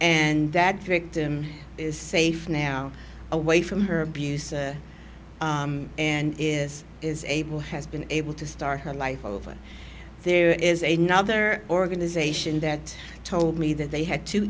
and that victim is safe now away from her abuse and is is able has been able to start her life over there is a nother organization that told me that they had to